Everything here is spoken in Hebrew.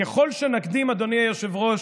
ככל שנקדים לקיים, אדוני היושב-ראש,